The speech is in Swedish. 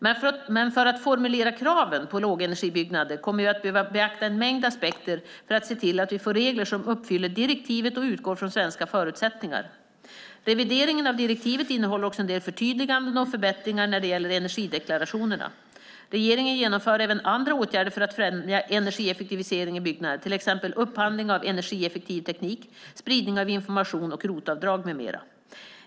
Men för att formulera kraven på lågenergibyggnader kommer vi att behöva beakta en mängd aspekter för att se till att vi får regler som uppfyller direktivet och utgår ifrån svenska förutsättningar. Revideringen av direktivet innehåller också en del förtydliganden och förbättringar när det gäller energideklarationerna. Regeringen genomför även andra åtgärder för att främja energieffektivisering i byggnader, till exempel upphandling av energieffektiv teknik, spridning av information, ROT-avdrag med mera.